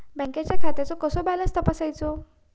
बँकेच्या खात्याचो कसो बॅलन्स तपासायचो?